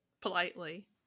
politely